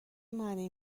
معنی